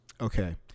Okay